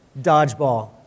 dodgeball